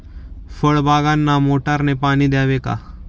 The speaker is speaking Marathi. फळबागांना मोटारने पाणी द्यावे का?